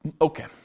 Okay